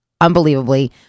unbelievably